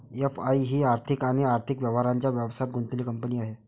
FI ही आर्थिक आणि आर्थिक व्यवहारांच्या व्यवसायात गुंतलेली कंपनी आहे